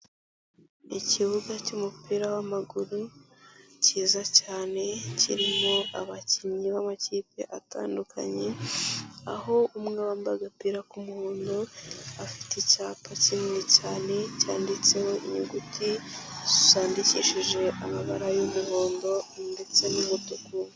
Ikibuga cy'mupira w'amaguru kiza cyane, kirimo abakinnyi b'amakipe atandukanye, aho umwe wambaye agapira k'umuhondo, afite icyapa kinini cyane cyanditseho inyuguti zandikishije amabara y'umuhondo ndetse n'umutuku.